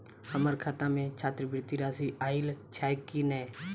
हम्मर खाता मे छात्रवृति राशि आइल छैय की नै?